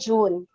June